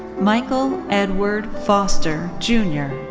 michael edward foster junior.